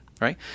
right